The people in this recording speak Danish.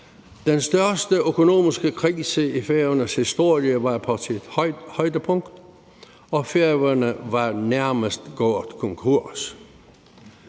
Den største økonomiske krise i Færøernes historie var på sit højdepunkt, og Færøerne var nærmest gået konkurs.